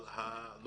אבל לא